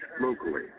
locally